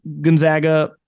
Gonzaga